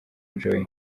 joy